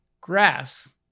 grass